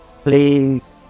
please